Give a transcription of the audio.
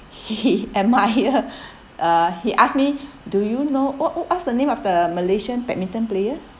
he admire uh he asked me do you know what what what's the name of the malaysian badminton player